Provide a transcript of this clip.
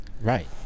Right